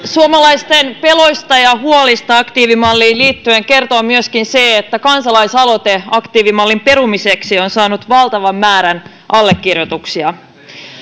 suomalaisten peloista ja huolista aktiivimalliin liittyen kertoo myöskin se että kansalaisaloite aktiivimallin perumiseksi on saanut valtavan määrän allekirjoituksia